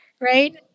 right